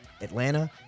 Atlanta